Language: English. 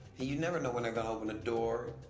you never know when they're gonna open the door.